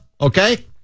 Okay